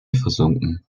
versunken